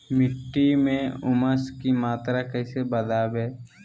मिट्टी में ऊमस की मात्रा कैसे बदाबे?